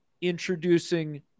introducing